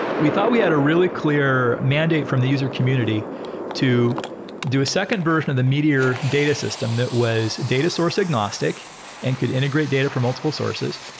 we thought we had a really clear mandate from the user community to do a second version of the meteor data system that was data source agnostic and could integrate data from multiple sources.